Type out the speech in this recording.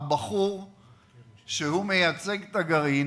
הבחור שמייצג את הגרעין